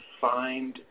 find